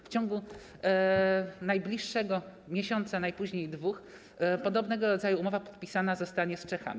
W ciągu najbliższego miesiąca, najpóźniej dwóch, podobnego rodzaju umowa podpisana zostanie z Czechami.